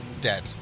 dead